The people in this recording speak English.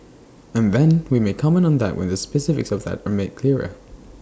and then we may comment on that when the specifics of that are made clearer